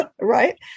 Right